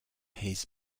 his